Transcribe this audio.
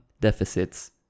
deficits